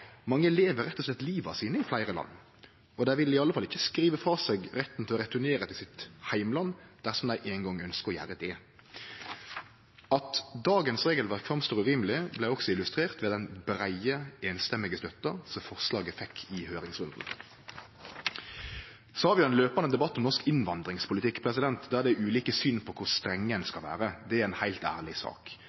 Mange lever rett og slett livet sitt i fleire land. Dei vil i alle fall ikkje skrive frå seg retten til å returnere til heimlandet sitt dersom dei ein gong ønskjer å gjere det. At dagens regelverk framstår urimeleg, vart også illustrert ved den breie, einstemmige støtta forslaget fekk i høyringsrunden. Vi har ein løpande debatt om norsk innvandringspolitikk, der det er ulike syn på kor streng ein skal vere. Det er ei heilt ærleg sak,